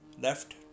left